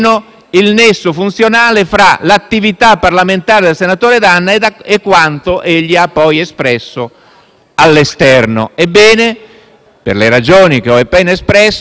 il nesso funzionale fra l'attività parlamentare del senatore D'Anna e quanto egli ha poi espresso all'esterno. Ebbene, per le ragioni che ho appena espresso,